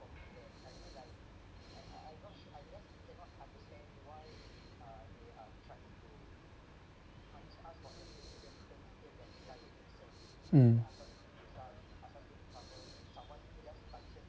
mm